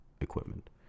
equipment